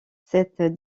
cette